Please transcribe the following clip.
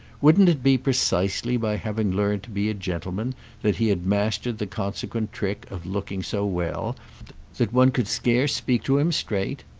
wouldn't it be precisely by having learned to be a gentleman that he had mastered the consequent trick of looking so well that one could scarce speak to him straight?